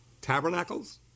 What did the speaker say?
tabernacles